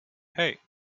hey